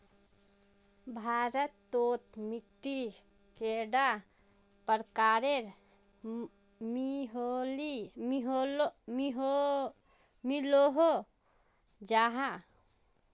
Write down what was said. भारत तोत मिट्टी कैडा प्रकारेर मिलोहो जाहा?